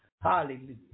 Hallelujah